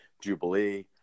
Jubilee